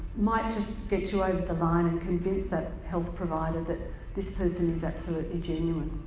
might just get you over the line and convince that health provider that this person is absolutely genuine.